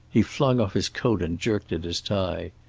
he flung off his coat and jerked at his tie.